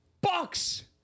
Bucks